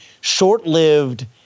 short-lived